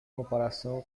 comparação